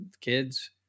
kids